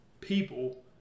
people